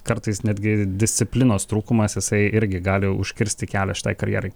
kartais netgi disciplinos trūkumas jisai irgi gali užkirsti kelią šitai karjerai